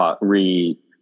re